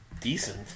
decent